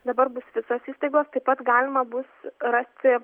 dabar bus visos įstaigos taip pat galima bus rasti